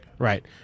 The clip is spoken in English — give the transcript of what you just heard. Right